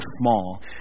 small